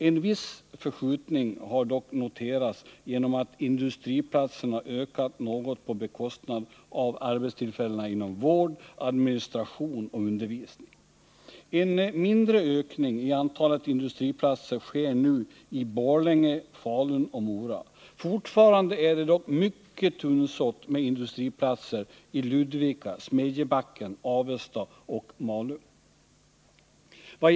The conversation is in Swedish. En viss förskjutning har dock noterats genom att industriplatserna ökat på bekostnad av arbetstillfällena inom vård, administration och undervisning. En mindre ökning av antalet industriplatser sker nu i Borlänge, Falun och Mora. Fortfarande är det dock mycket tunnsått med industriplatser i Ludvika, Smedjebacken, Avesta och Malung.